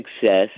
success